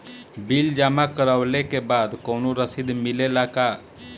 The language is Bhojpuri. बिल जमा करवले के बाद कौनो रसिद मिले ला का?